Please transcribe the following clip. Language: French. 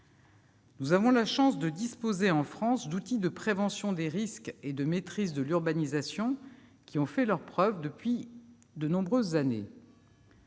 Nous avons la chance de disposer, en France, d'outils de prévention des risques et de maîtrise de l'urbanisation qui ont fait leurs preuves depuis de nombreuses années.